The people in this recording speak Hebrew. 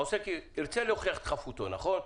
העוסק ירצה להוכיח את חפותו, נכון?